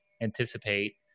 anticipate